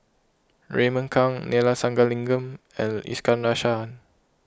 Raymond Kang Neila Sathyalingam and Iskandar Shah